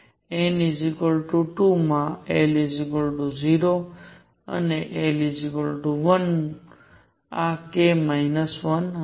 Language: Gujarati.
n 2 માં l 0 અને l 1 આ k - 1 હશે